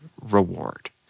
reward